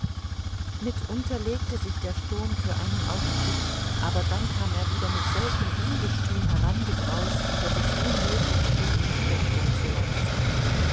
mitunter legte sich der sturm für einen augenblick aber dann kam er wieder mit solchem ungestüm herangebraust daß es unmöglich schien ihm widerstand zu leisten